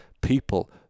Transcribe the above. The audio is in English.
people